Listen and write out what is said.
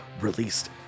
released